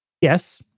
yes